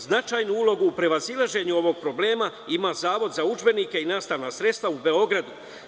Značajnu ulogu prevazilaženju ovog problema ima Zavod za udžbenike i nastavna sredstva Beograd.